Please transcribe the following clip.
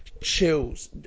chills